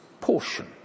portion